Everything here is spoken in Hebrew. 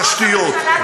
תשתיות,